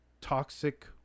Toxic